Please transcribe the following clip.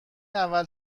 اول